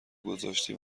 گذاشتی